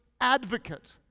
advocate